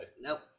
Nope